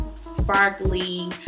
sparkly